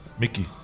Mickey